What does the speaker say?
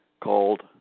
called